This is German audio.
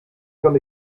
kann